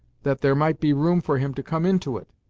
that there might be room for him to come into it.